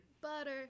Butter